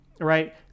right